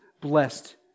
Blessed